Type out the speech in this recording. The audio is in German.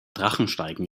drachensteigen